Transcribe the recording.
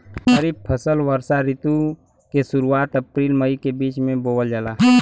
खरीफ फसल वषोॅ ऋतु के शुरुआत, अपृल मई के बीच में बोवल जाला